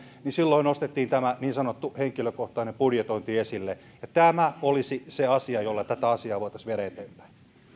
niin silloin nostettiin tämä niin sanottu henkilökohtainen budjetointi esille ja tämä olisi se asia jolla tätä asiaa voitaisiin viedä eteenpäin